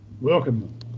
Welcome